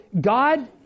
God